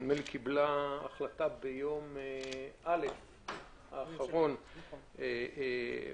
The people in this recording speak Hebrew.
הממשלה קיבלה החלטה ביום ראשון האחרון והגישה